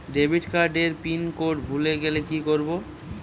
Debit card এর pin code ভুলে গেলে কি করব?